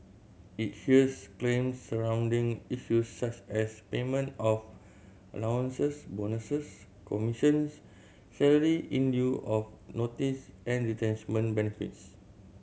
it hears claims surrounding issues such as payment of allowances bonuses commissions salary in lieu of notice and retrenchment benefits